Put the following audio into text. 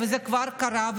וזה כבר קרה,